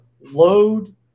load